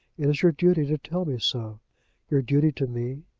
it is your duty to tell me so your duty to me,